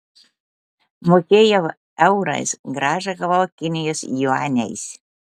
mokėjau eurais grąžą gavau kinijos juaniais